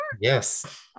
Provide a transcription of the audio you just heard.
Yes